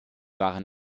waren